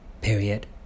period